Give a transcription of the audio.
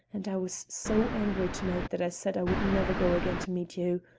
and i was so angry to-night that i said i would never go again to meet you.